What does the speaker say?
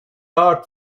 art